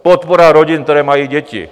Podpora rodin, které mají děti.